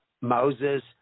Moses